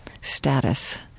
status